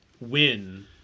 win